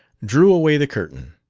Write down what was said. drew away the curtain.